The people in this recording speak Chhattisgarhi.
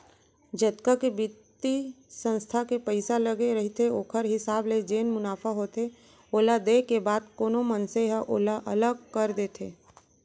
जतका के बित्तीय संस्था के पइसा लगे रहिथे ओखर हिसाब ले जेन मुनाफा होथे ओला देय के बाद कोनो मनसे ह ओला अलग कर देथे